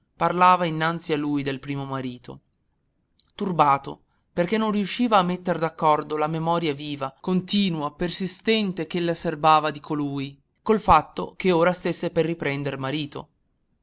parlava innanzi a lui del primo marito turbato perché non riusciva a metter d'accordo la memoria viva continua persistente ch'ella serbava di colui col fatto che ora stesse per riprender marito